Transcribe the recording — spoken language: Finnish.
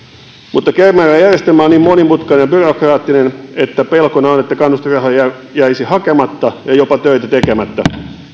mutta kemera järjestelmä on niin monimutkainen ja byrokraattinen että pelkona on että kannustinrahoja jäisi hakematta ja jopa töitä tekemättä